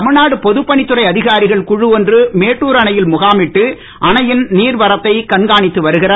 தமிழ்நாடு பொதுப்பணித்துறை அதிகாரிகளின் குழு ஒன்று மேட்டூர் அணையில் முகாமிட்டு அணையின் நீர்வரத்தை கண்காணித்து வருகிறது